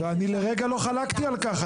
אני לרגע לא חלקתי על כך.